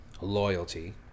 loyalty